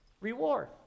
reward